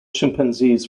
chimpanzees